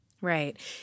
Right